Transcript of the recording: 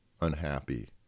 unhappy